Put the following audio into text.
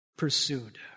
pursued